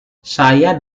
saya